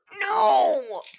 No